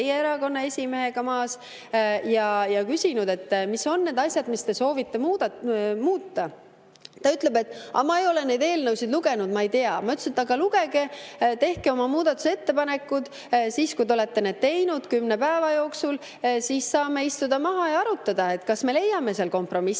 ja küsinud, mis on need asjad, mida te soovite muuta. Ta ütleb, et ta ei ole neid eelnõusid lugenud, ta ei tea. Ma ütlesin, et aga lugege, tehke oma muudatusettepanekud. Kui te olete need teinud kümne päeva jooksul, siis saame istuda maha ja arutada, kas me leiame seal kompromissi.